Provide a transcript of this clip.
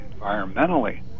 environmentally